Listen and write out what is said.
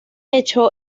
hecho